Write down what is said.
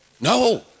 no